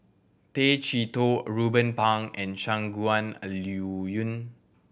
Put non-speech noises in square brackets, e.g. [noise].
Tay Chee Toh Ruben Pang and Shangguan [unintelligible] Liuyun